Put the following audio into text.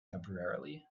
temporarily